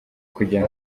kujya